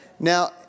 Now